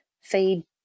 feed